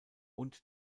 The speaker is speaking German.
und